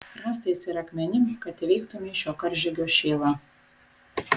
rąstais ir akmenim kad įveiktumei šio karžygio šėlą